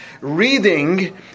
reading